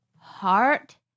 heart